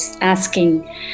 asking